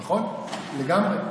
נכון, לגמרי.